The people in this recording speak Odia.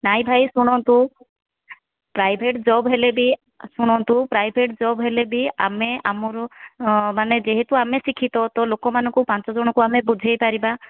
ନାହିଁ ଭାଇ ଶୁଣନ୍ତୁ ପ୍ରାଇଭେଟ୍ ଜବ୍ ହେଲେ ବି ଶୁଣନ୍ତୁ ପ୍ରାଇଭେଟ୍ ଜବ୍ ହେଲେ ବି ଆମେ ଆମର ମାନେ ଯେହେତୁ ଆମେ ଶିକ୍ଷିତ ତ ଲୋକମାନଙ୍କୁ ପାଞ୍ଚଜଣଙ୍କୁ ଆମେ ବୁଝାଇପାରିବା